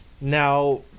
Now